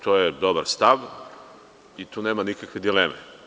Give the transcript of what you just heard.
To je dobar stav i tu nema nikakve dileme.